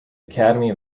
academy